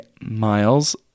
miles